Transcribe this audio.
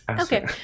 okay